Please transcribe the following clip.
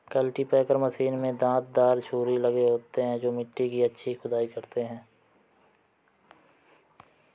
cultipacker machine में दांत दार छुरी लगे होते हैं जो मिट्टी की अच्छी खुदाई करते हैं